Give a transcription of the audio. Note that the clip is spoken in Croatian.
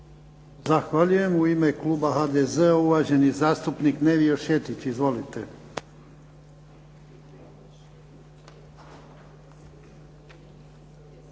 Zahvaljujem. U ime kluba HDZ-a uvaženi zastupnik Nevio Šetić. Izvolite.